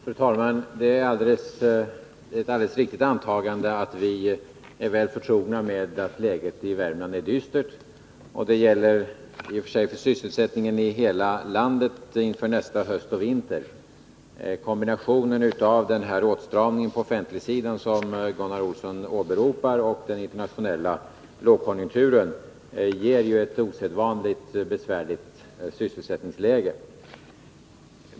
Fru talman! Det är ett alldeles riktigt antagande att vi är väl förtrogna med att läget i Värmland är dystert. Och det gäller i och för sig sysselsättningen i hela landet inför nästa höst och vinter. Kombinationen av den åtstramning på den offentliga sidan som Gunnar Olsson åberopar och den internationella lågkonjunkturen ger ett osedvanligt besvärligt sysselsättningsläge.